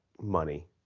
money